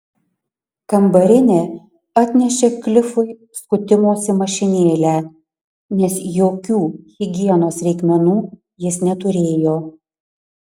kambarinė atnešė klifui skutimosi mašinėlę nes jokių higienos reikmenų jis neturėjo